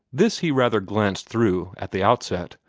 this he rather glanced through, at the outset,